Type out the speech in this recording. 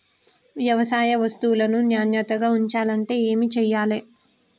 వ్యవసాయ వస్తువులను నాణ్యతగా ఉంచాలంటే ఏమి చెయ్యాలే?